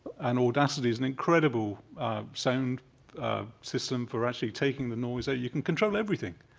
and audacity is an incredible sound system for actually taking the noise out. you can control everything.